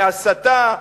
להסתה,